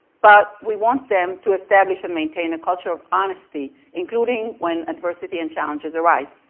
but we want them to establish and maintain a culture of honesty, including when adversity and challenges arise.